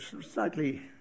slightly